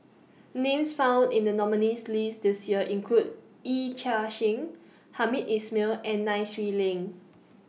Names found in The nominees' list This Year include Yee Chia Hsing Hamed Ismail and Nai Swee Leng